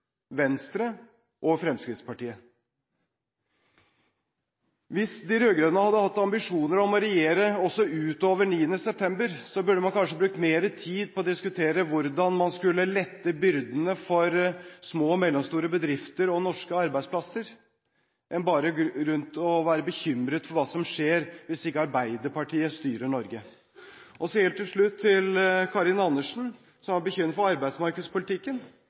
Venstre og Fremskrittspartiet. Hvis de rød-grønne hadde hatt ambisjoner om å regjere også utover 9. september, burde man kanskje brukt mer tid på å diskutere hvordan man skulle lette byrdene for små og mellomstore bedrifter og norske arbeidsplasser enn bare å gå rundt og være bekymret for hva som vil skje hvis ikke Arbeiderpartiet styrer Norge. Helt til slutt, til Karin Andersen, som var bekymret for arbeidsmarkedspolitikken.